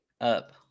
up